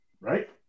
right